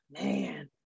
Man